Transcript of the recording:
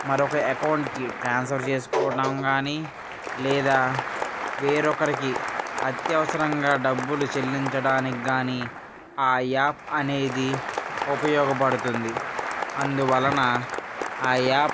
మరొక అకౌంట్ కి ట్రాన్స్ఫర్ చేసుకోవడం కానీ లేదా వేరొకరికి అత్యవసరంగా డబ్బులు చెల్లించడానికి కానీ ఆ యాప్ అనేది ఉపయోగపడుతుంది అందువలన ఆ యాప్